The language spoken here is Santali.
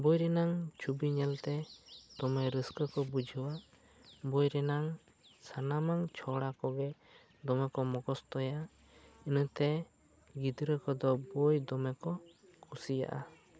ᱵᱚᱭ ᱨᱮᱱᱟᱝ ᱪᱷᱚᱵᱤ ᱧᱮᱞ ᱛᱮ ᱫᱚᱢᱮ ᱨᱟᱹᱥᱠᱟᱹ ᱠᱚ ᱵᱩᱡᱷᱟᱹᱣᱟ ᱵᱳᱭ ᱨᱮᱱᱟᱝ ᱥᱟᱢᱟᱱᱟᱝ ᱪᱷᱚᱲᱟ ᱠᱚᱜᱮ ᱫᱚᱢᱮ ᱠᱚ ᱢᱚᱠᱚᱥᱛᱚᱭᱟ ᱤᱱᱟᱹᱛᱮ ᱜᱤᱫᱽᱨᱟᱹ ᱠᱚ ᱫᱚ ᱵᱳᱭ ᱫᱚᱢᱮ ᱠᱚ ᱠᱩᱥᱤᱭᱟᱜᱼᱟ